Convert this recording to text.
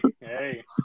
hey